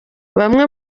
bamwe